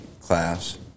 class